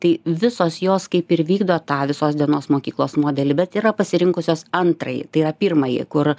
tai visos jos kaip ir vykdo tą visos dienos mokyklos modelį bet yra pasirinkusios antrąjį tai yra pirmąjį kur